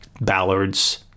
Ballard's